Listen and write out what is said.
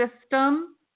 system